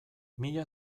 mila